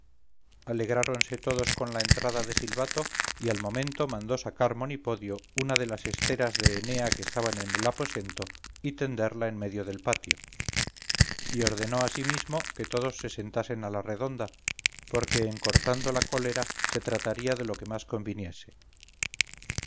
alegráronse todos con la entrada de silbato y al momento mandó sacar monipodio una de las esteras de enea que estaban en el aposento y tenderla en medio del patio y ordenó asimismo que todos se sentasen a la redonda porque en cortando la cólera se trataría de lo que mas conviniese